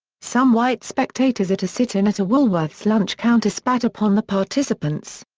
some white spectators at a sit-in at a woolworth's lunch counter spat upon the participants.